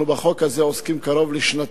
אנחנו עוסקים בחוק הזה קרוב לשנתיים.